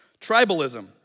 tribalism